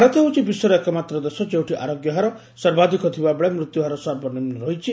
ଭାରତ ହେଉଛି ବିଶ୍ୱର ଏକମାତ୍ର ଦେଶ ଯେଉଁଠି ଆରୋଗ୍ୟ ହାର ସର୍ବାଧିକ ଥିବାବେଳେ ମୃତ୍ୟୁହାର ସର୍ବନିମ୍ନ ରହିଛି